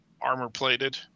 armor-plated